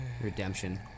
Redemption